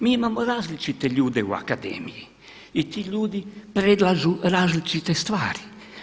Mi imamo različite ljude u akademiji i ti ljudi predlažu različite stvari.